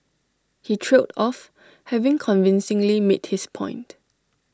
he trailed off having convincingly made his point